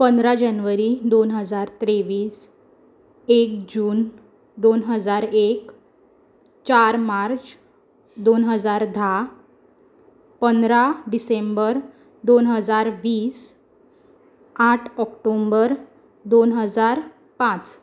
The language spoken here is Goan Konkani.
पंदरा जानेवारी दोन हजार तेव्वीस एक जून दोन हजार एक चार मार्च दोन हजार धा पंदरा डिसेंबर दोन हजार वीस आठ ऑक्टोबर दोन हजार पांच